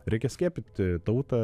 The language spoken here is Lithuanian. reikia skiepyti tautą